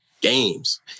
games